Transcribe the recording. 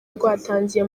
rwatangiye